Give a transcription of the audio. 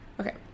Okay